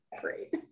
great